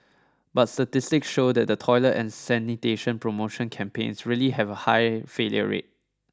but statistics show that toilet and sanitation promotion campaigns really have a high failure rate